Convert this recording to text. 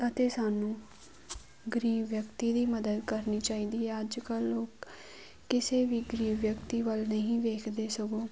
ਅਤੇ ਸਾਨੂੰ ਗਰੀਬ ਵਿਅਕਤੀ ਦੀ ਮਦਦ ਕਰਨੀ ਚਾਹੀਦੀ ਹੈ ਅੱਜ ਕੱਲ੍ਹ ਲੋਕ ਕਿਸੇ ਵੀ ਗਰੀਬ ਵਿਅਕਤੀ ਵੱਲ ਨਹੀਂ ਵੇਖਦੇ ਸਗੋਂ